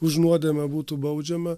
už nuodėmę būtų baudžiama